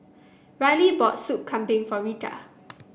Rylie bought Soup Kambing for Rita